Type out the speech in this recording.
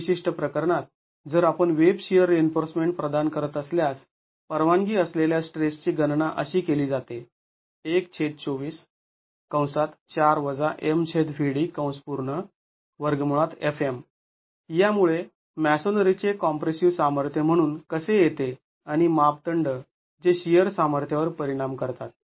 तर या विशिष्ट प्रकरणात जर आपण वेब शिअर रिइन्फोर्समेंट प्रदान करत असल्यास परवानगी असलेल्या स्ट्रेसची गणना अशी केली जाते यामुळे मॅसोनरीचे कॉम्प्रेसिव सामर्थ्य म्हणून कसे येते आणि मापदंड जे शिअर सामर्थ्यावर परिणाम करतात